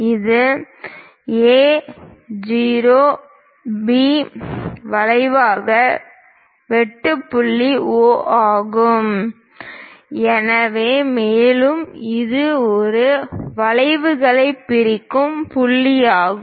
இது A O B வளைவை வெட்டும் புள்ளி O ஆகும் மேலும் இது இரு வளைவுகளையும் பிரிக்கும் புள்ளியாகும்